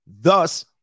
Thus